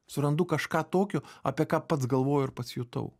surandu kažką tokio apie ką pats galvoju ir pasijutau